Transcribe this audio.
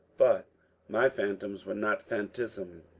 but my phantoms were not phantasms,